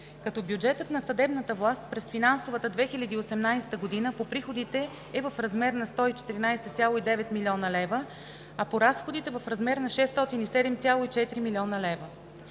като бюджетът на съдебната власт през финансовата 2018 г. по приходите е в размер на 114,9 млн. лв., а по разходите – в размер на 607,4 млн. лв.